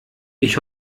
ich